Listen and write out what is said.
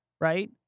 right